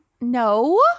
No